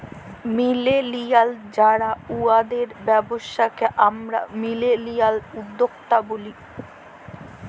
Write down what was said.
millennial যারা উয়াদের ব্যবসাকে আমরা মিলেলিয়াল উদ্যক্তা ব্যলি